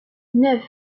neuf